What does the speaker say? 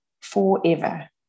forever